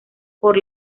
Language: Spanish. por